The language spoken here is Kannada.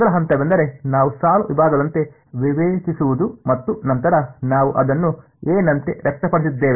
ಮೊದಲ ಹಂತವೆಂದರೆ ನಾವು ಸಾಲು ವಿಭಾಗದಂತೆ ವಿವೇಚಿಸುವುದು ಮತ್ತು ನಂತರ ನಾವು ಅದನ್ನು a ನಂತೆ ವ್ಯಕ್ತಪಡಿಸಿದ್ದೇವೆ